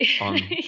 on